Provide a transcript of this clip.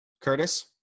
Curtis